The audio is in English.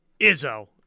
Izzo